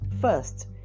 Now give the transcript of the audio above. first